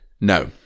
No